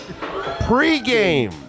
pre-game